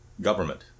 government